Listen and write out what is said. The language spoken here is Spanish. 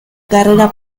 carrera